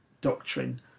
doctrine